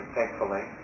thankfully